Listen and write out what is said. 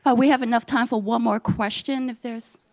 ah we have enough time for one more question, if there's